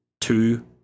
two